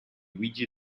luigi